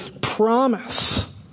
promise